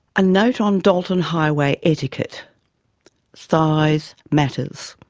a note on dalton highway etiquette size matters.